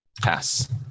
Pass